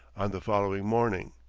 on the following morning,